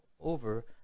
over